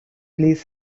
please